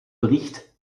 bericht